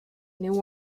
new